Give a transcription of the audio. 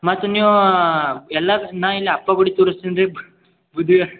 ಮತ್ತು ನೀವು ಎಲ್ಲಾ ನಾ ಇಲ್ಲಿ ಅಬ್ಬಗುಡಿ ತೋರಿಸ್ತೀನಿ ರೀ